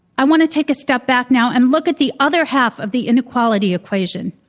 i want to take a step back now and look at the other half of the inequality equation.